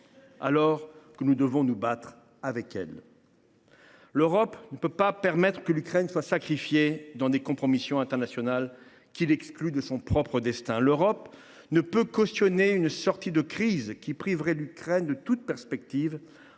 alors que nous devons nous battre avec elle ! L’Europe ne peut pas permettre que l’Ukraine soit sacrifiée dans des compromissions internationales qui l’excluent de son propre destin. L’Europe ne peut cautionner une sortie de crise qui priverait l’Ukraine de toute perspective,